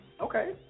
Okay